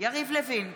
יריב לוין,